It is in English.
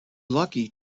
lucky